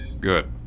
Good